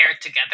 together